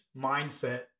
mindset